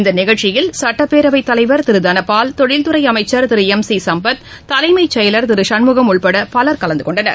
இந்த நிகழ்ச்சியில் சுட்டப்பேரவைத் தலைவர் திரு தனபால் தொழில்துறை அமைச்சர் திரு எம் சி சம்பத் தலைமைச்செயலர் திரு சண்முகம் உட்பட பலர் கலந்துகொண்டனர்